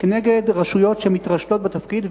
נגד רשויות שמתרשלות בתפקיד.